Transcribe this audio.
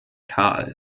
kahl